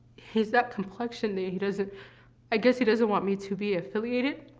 he's that complexion, that he doesn't i guess he doesn't want me to be affiliated